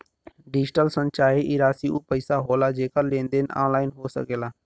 digital शन चाहे ई राशी ऊ पइसा होला जेकर लेन देन ऑनलाइन हो सकेला